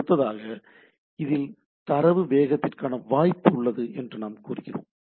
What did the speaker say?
அடுத்ததாக இதில் தரவு வேக மாற்றத்திற்கான வாய்ப்பு உள்ளது என்று நாம் கூறுகிறோம்